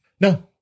No